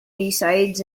resides